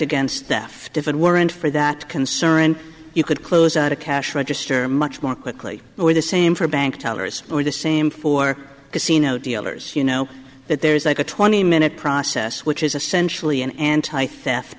against theft if it weren't for that concerned you could close out a cash register much more quickly or the same for bank tellers or the same for casino dealers you know that there is like a twenty minute process which is essentially an anti theft